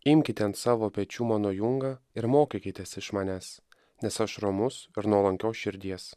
imkite ant savo pečių mano jungą ir mokykitės iš manęs nes aš romus ir nuolankios širdies